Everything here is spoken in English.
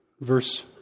verse